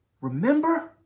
Remember